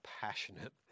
passionate